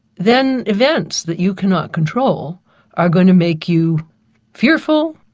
then events that you cannot control are going to make you fearful,